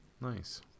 nice